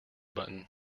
button